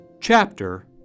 Chapter